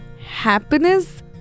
Happiness